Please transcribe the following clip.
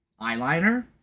eyeliner